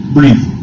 Breathe